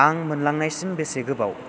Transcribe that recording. आं मोनलांनायसिम बेसे गोबाव